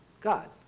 God